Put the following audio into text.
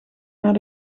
naar